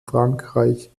frankreich